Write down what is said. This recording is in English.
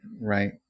right